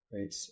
Right